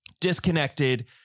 Disconnected